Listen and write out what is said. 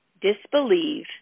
disbelieve